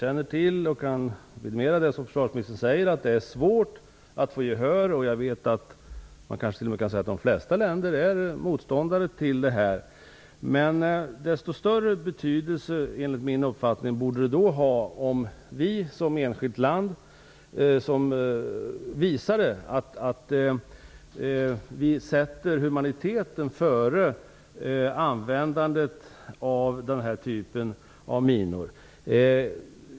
Fru talman! Jag kan vidimera det som försvarsministern säger, att det är svårt att få gehör för det svenska förslaget. De flesta länder är motståndare till detta. Enligt min uppfattning borde det ha desto större betydelse om vi som enskilt land visade att vi sätter humaniteten före användandet av den här typen av minor.